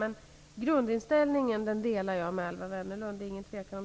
Men jag har samma grundinställning som Alwa Wennerlund. Det råder det ingen tvekan om.